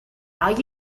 are